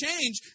change